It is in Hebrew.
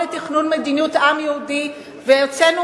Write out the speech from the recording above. במכון לתכנון מדיניות עם יהודי והוצאנו